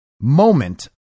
moment